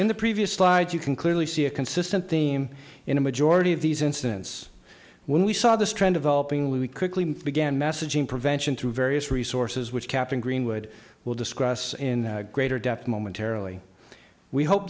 in the previous slide you can clearly see a consistent theme in a majority of these instance when we saw this trend of elop ing we could began messaging prevention through various resources which captain greenwood will discuss in greater depth momentarily we hope